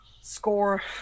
Score